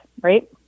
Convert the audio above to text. right